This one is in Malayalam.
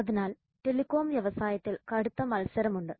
അതിനാൽ ടെലികോം വ്യവസായത്തിൽ കടുത്ത മത്സരമുണ്ട്